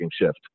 shift